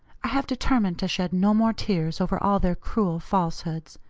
i have determined to shed no more tears over all their cruel falsehoods,